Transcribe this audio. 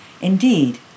Indeed